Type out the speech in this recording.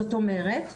זאת אומרת,